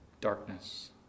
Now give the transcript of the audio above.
Darkness